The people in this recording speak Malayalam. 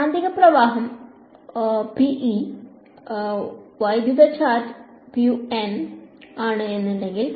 കാന്തിക പ്രവാഹം വൈദ്യുത ചാർജാണെങ്കിൽ